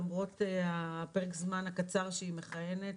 למרות פרק הזמן הקצר שהיא מכהנת,